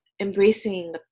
Embracing